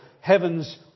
heaven's